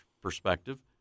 perspective